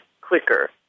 quicker